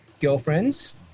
girlfriends